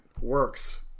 works